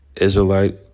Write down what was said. Israelite